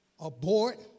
abort